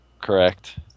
Correct